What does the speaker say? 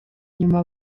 nyuma